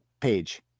page